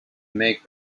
make